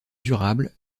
durable